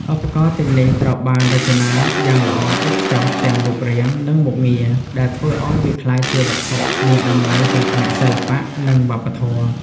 ឧបករណ៍ទាំងនេះត្រូវបានរចនាយ៉ាងល្អឥតខ្ចោះទាំងរូបរាង និងមុខងារ ដែលធ្វើឱ្យវាក្លាយជាវត្ថុមានតម្លៃទាំងផ្នែកសិល្បៈ និងវប្បធម៌។